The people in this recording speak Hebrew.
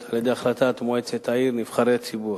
על-ידי החלטת מועצת העיר נבחרי ציבור.